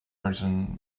written